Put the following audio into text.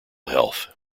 health